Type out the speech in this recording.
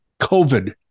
COVID